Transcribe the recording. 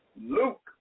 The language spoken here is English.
Luke